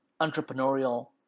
entrepreneurial